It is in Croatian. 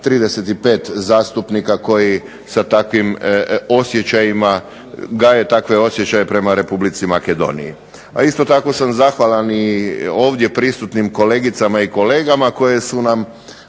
35 zastupnika koji sa takvim osjećajima, gaje takve osjećaje prema Republici Makedoniji. A isto tako sam zahvalan i ovdje prisutnim kolegicama i kolegama koje su nam